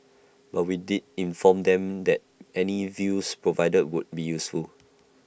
but we did inform them that any views provided would be useful